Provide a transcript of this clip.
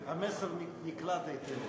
המסר נקלט היטב.